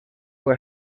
fue